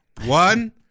One